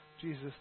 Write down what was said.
Jesus